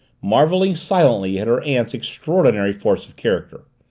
marveling silently at her aunt's extraordinary force of character.